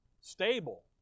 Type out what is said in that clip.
Stable